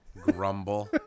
grumble